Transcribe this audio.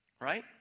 Right